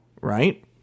right